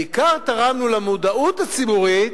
בעיקר תרמנו למודעות הציבורית